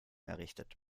errichtet